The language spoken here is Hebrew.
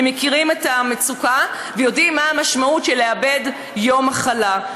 מכירים את המצוקה ויודעים מה המשמעות של לאבד יום מחלה.